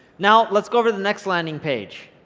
now, let's go over the next landing page.